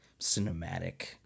cinematic